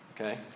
Okay